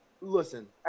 Listen